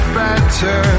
better